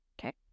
okay